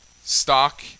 stock